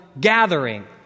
gathering